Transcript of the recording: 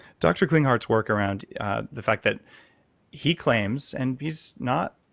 dr. klinghardt's work around the fact that he claims, and he's not,